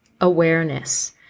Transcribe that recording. awareness